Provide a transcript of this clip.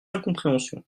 incompréhension